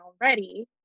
already